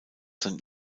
sind